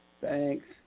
Thanks